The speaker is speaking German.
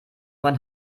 mein